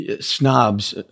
snobs